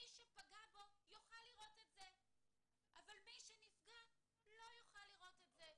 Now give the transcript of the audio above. מי שפגע בו יוכל לראות את זה ומי שנפגע לא יוכל לראות את זה.